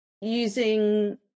using